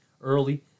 early